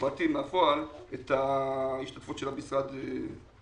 לפרטים בפועל את השתתפות המשרד.